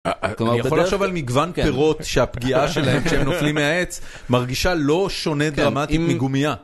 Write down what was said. אני יכול לחשוב על מגוון פירות שהפגיעה שלהם כשהם נופלים מהעץ מרגישה לא שונה דרמטית מגומיה.